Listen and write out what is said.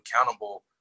accountable